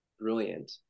brilliant